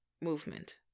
movement